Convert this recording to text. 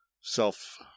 self